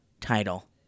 title